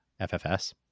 FFS